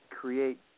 Create